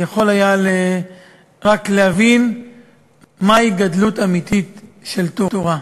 יכול היה רק להבין מהי גדלות אמיתית של תורה.